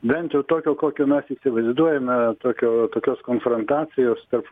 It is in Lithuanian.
bent jau tokio kokio mes įsivaizduojame tokio tokios konfrontacijos tarp